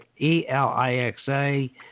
E-L-I-X-A